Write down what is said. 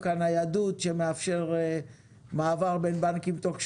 הניידות שמאפשר מעבר בין בנקים תוך שבוע,